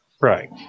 Right